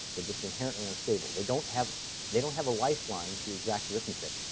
they're just inherently unstable. they don't have they don't have a lifeline to exact arithmetic.